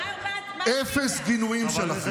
אפס גינויים שלכם.